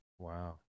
Wow